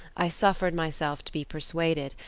i suffered myself to be persuaded,